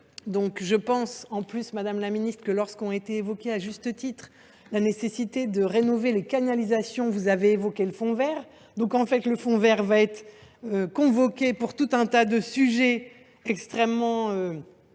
d’euros. En outre, madame la ministre, lorsqu’a été évoquée, à juste titre, la nécessité de rénover les canalisations, vous avez évoqué le fonds vert. En fait, ce fonds sera convoqué pour tout un tas de sujets extrêmement importants